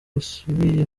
asubiye